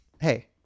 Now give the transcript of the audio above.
Hey